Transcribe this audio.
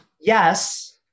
yes